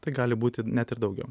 tai gali būti net ir daugiau